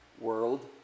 world